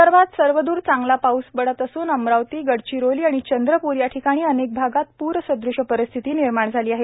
विदर्भात सर्वदूर चांगला पाऊस पडत असून अमरावती गडचिरोली आणि चंद्रपूर या ठिकाणी अनेक भागात पूर सदृश्य परिस्थिती निर्माण झाली आहे